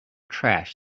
trash